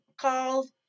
called